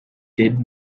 did